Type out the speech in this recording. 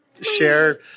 share